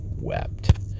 wept